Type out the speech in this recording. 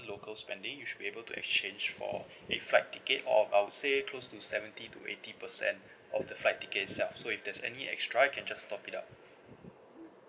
local spending you should be able to exchange for a flight ticket or I would say close to seventy to eighty percent of the flight ticket itself so if there's any extra you can just top it up